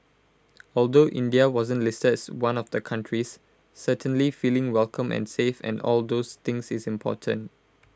although India wasn't listed as one of the countries certainly feeling welcome and safe and all those things is important